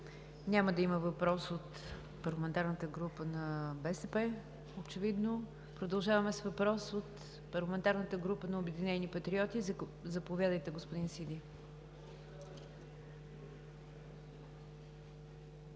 Няма да има въпрос от парламентарната група на БСП очевидно. Продължаваме с въпрос от парламентарната група на „Обединени патриоти“. Заповядайте, господин Сиди.